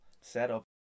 setup